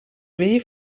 weer